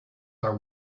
are